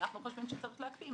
אנחנו חושבים שצריך להקפיא,